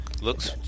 looks